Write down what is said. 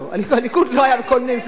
הליכוד לא היה בכל מיני מפלגות.